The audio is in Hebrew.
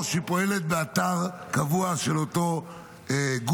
או שהיא פועלת באתר קבוע של אותו גוף,